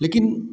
लेकिन